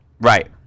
right